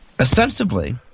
ostensibly